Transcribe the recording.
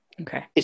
Okay